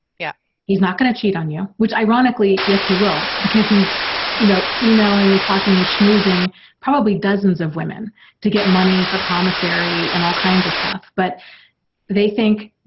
yeah he's not gonna cheat on you, which ironically yes he will, because he's you know e-mailing and talking and schmoozing probably dozens of women to get money for commissary and all kinds of stuff, but they think.